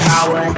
Power